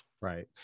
Right